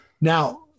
now